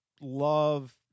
love